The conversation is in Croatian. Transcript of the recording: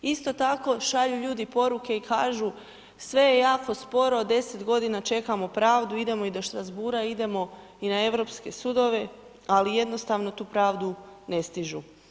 Isto tako šalju ljudi poruke i kažu sve je jako sporo, 10 g. čekamo pravdu, idemo i do Strasbourga, idemo i na europske sudove ali jednostavno tu pravdu ne stižu.